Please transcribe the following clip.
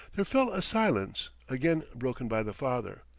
there fell a silence, again broken by the father.